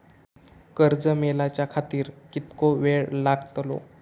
कर्ज मेलाच्या खातिर कीतको वेळ लागतलो?